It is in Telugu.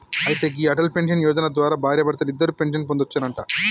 అయితే గీ అటల్ పెన్షన్ యోజన ద్వారా భార్యాభర్తలిద్దరూ పెన్షన్ పొందొచ్చునంట